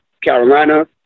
Carolina